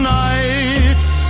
nights